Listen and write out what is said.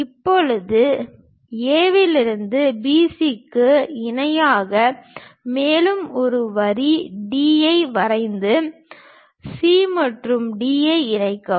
இப்போது A இலிருந்து BC க்கு இணையாக மேலும் ஒரு வரி D ஐ வரைந்து C மற்றும் D ஐ இணைக்கவும்